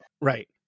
Right